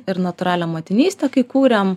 ir natūralią motinystę kai kurėm